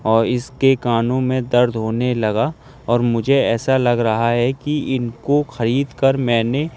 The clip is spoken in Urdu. اور اس کے کانوں میں درد ہونے لگا اور مجھے ایسا لگ رہا ہے کہ ان کو خرید کر میں نے